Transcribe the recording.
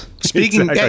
Speaking